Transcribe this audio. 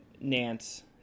Nance